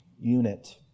unit